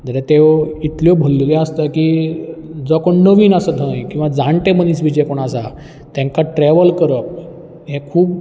जाल्यार त्यो इतल्यो भरलेल्यो आसता की जो कोण नवीन आसा थंय किंवां जाणटे मनीस बी जे कोण आसा तेंकां ट्रेवल करप हें खूब